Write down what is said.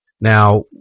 Now